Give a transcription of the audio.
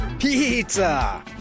Pizza